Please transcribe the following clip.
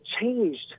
changed